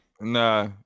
Nah